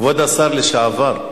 כבוד השר לשעבר,